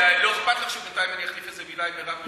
לא אכפת לך שבינתיים אני אחליף איזו מילה עם מרב מיכאלי?